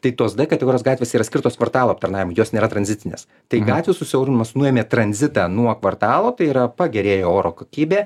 tai tos d kategorijos gatvės yra skirtos portalo aptarnavimui jos nėra tranzitinės tai gatvių susiaurinimas nuėmė tranzitą nuo kvartalo tai yra pagerėjo oro kokybė